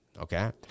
Okay